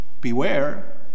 Beware